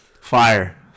Fire